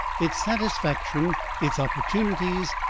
its satisfaction, its opportunities,